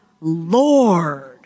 Lord